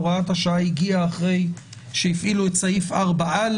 הוראת השעה הגיעה אחרי שהפעילו את סעיף 4א,